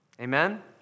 amen